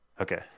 okay